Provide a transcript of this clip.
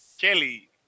Kelly